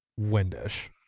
windish